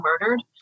murdered